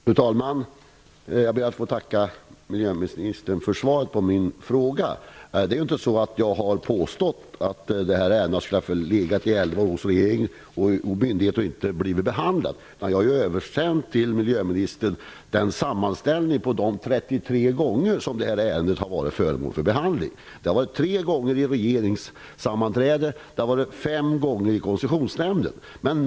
Fru talman! Jag ber att få tacka miljöministern för svaret på min fråga. Jag har inte påstått att ärendet skulle ha legat i elva år hos regeringen utan att ha blivit behandlat. Jag har till miljöministern översänt en sammanställning över de 33 gånger som ärendet har varit föremål för behandling. Det har varit uppe tre gånger på regeringssammanträde och fem gånger i Koncessionsnämnden.